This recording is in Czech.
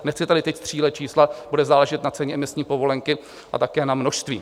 Nechci tady teď střílet čísla, bude záležet na ceně emisní povolenky, ale také na množství.